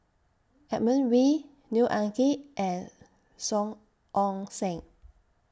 Edmund Wee Neo Anngee and Song Ong Siang